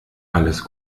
alles